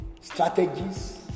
strategies